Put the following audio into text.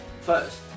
First